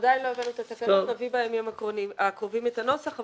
עדיין לא הבאנו את התקנות אבל נביא בימים הקרובים את הנוסח.